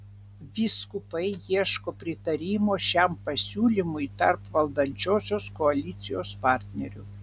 vyskupai ieško pritarimo šiam pasiūlymui tarp valdančiosios koalicijos partnerių